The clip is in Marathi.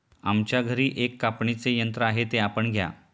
आमच्या घरी एक कापणीचे यंत्र आहे ते आपण घ्या